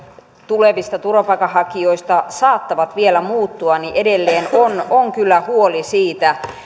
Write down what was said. tulevista turvapaikanhakijoista saattavat vielä muuttua edelleen on on kyllä huoli siitä